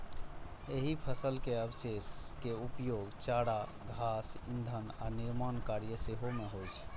एहि फसल के अवशेष के उपयोग चारा, घास, ईंधन आ निर्माण कार्य मे सेहो होइ छै